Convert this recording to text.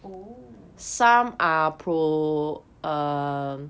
oh